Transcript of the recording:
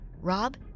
Rob